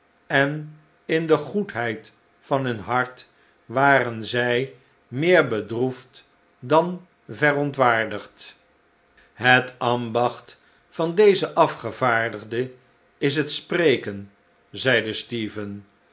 en in de goedheid van hun hart waren zij meer bedroefd dan verontwaardigd het ambacht van dezen afgevaardigde is het spreken zeide stephen